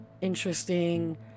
interesting